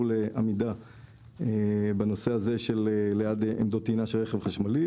לו לעמוד ליד עמדות טעינה של רכב חשמלי,